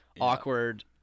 awkward